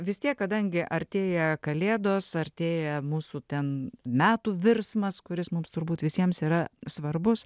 vis tiek kadangi artėja kalėdos artėja mūsų ten metų virsmas kuris mums turbūt visiems yra svarbus